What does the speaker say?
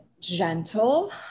gentle